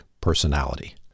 personality